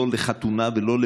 לא לחתונה,